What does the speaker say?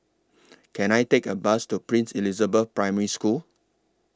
Can I Take A Bus to Princess Elizabeth Primary School